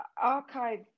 Archive